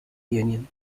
union